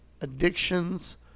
addictions